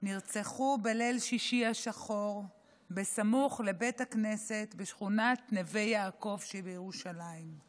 נרצחו בליל שישי השחור בסמוך לבית הכנסת בשכונת נווה יעקב שבירושלים.